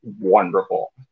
wonderful